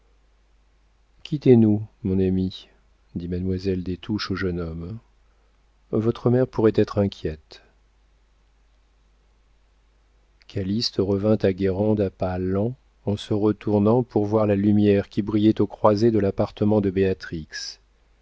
baisa quittez nous mon ami dit mademoiselle des touches au jeune homme votre mère pourrait être inquiète calyste revint à guérande à pas lents en se retournant pour voir la lumière qui brillait aux croisées de l'appartement de